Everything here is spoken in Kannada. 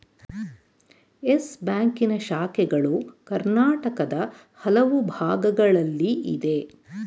ಯಸ್ ಬ್ಯಾಂಕಿನ ಶಾಖೆಗಳು ಕರ್ನಾಟಕದ ಹಲವು ಭಾಗಗಳಲ್ಲಿ ಇದೆ